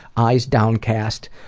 eyes downcast,